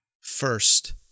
first